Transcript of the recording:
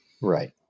right